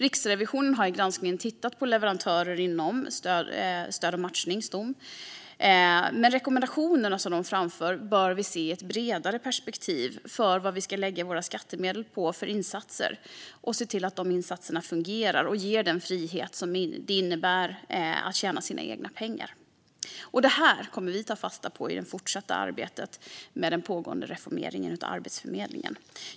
Riksrevisionen har i granskningen tittat på leverantörer inom Stöd och matchning, Stom, men rekommendationerna som man framför bör ses i ett bredare perspektiv för att vi ska lägga våra skattemedel på insatser som fungerar och ger människor den frihet det innebär att tjäna sina egna pengar. Detta kommer vi att ta fasta på i det fortsatta arbetet med den pågående reformeringen av Arbetsförmedlingen.